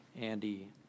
Andy